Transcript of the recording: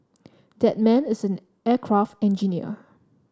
that man is an aircraft engineer